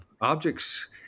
objects